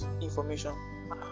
information